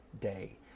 day